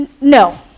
No